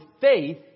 faith